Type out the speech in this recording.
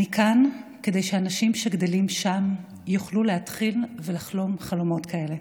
אני כאן כדי שאנשים שגדלים שם יוכלו להתחיל ולחלום חלומות כאלה.